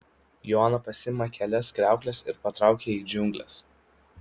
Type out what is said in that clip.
joana pasiima kelias kriaukles ir patraukia į džiungles